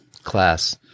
class